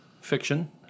Fiction